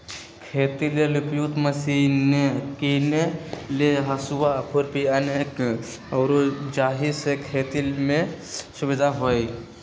खेती लेल उपयुक्त मशिने कीने लेल हसुआ, खुरपी अनेक आउरो जाहि से खेति में सुविधा होय